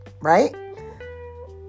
right